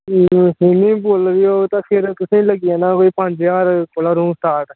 swimming pool बी होग तां फिर तुसें लग्गी जाना कोई पंज ज्हार कोला रूम स्टार्ट